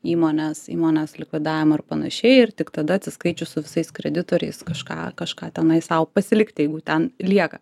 įmonės įmonės likvidavimo ar panašiai ir tik tada atsiskaičius su visais kreditoriais kažką kažką tenai sau pasilikti jeigu ten lieka